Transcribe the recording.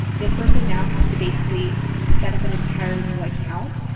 this person now has to basically set up an entire new account,